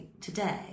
today